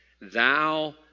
thou